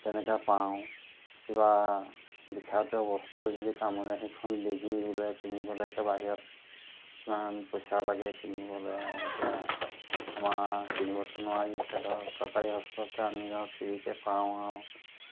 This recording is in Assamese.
তেনেকৈ পাওঁ কিবা বিষাক্ত বস্তুৱে যদি কামুৰে সেইখন বেজি কিনিবলৈ এতিয়া বাহিৰত কিমান পইচা লাগে কিনিবলৈ এতিয়া আমাৰ কিনিবতো নোৱাৰি এতিয়া ধৰক চৰকাৰী হস্পিটেলতে আমি ধৰ ফ্ৰীকৈ পাওঁ আৰু